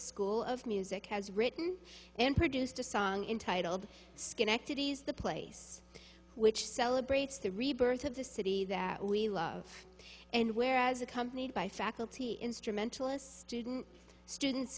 school of music has written and produced a song entitled schenectady is the place which celebrates the rebirth of the city that we love and where as accompanied by faculty instrumentalist student students